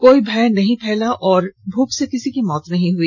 कोई भय नहीं फैला न भूख से किसी की मौत हुई